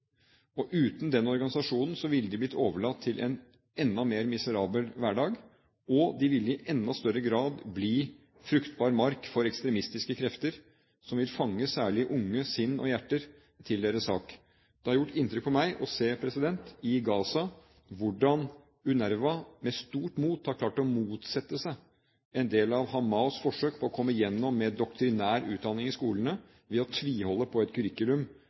og uten den organisasjonen ville de blitt overlatt til en enda mer miserabel hverdag, og de ville i enda større grad bli fruktbar mark for ekstremistiske krefter som vil fange særlig unge sinn og hjerter til sin sak. Det har gjort inntrykk på meg å se i Gaza hvordan UNRWA med stort mot har klart å motsette seg en del av Hamas' forsøk på å komme gjennom med doktrinær utdanning i skolene ved å tviholde på et